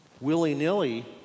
willy-nilly